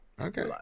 Okay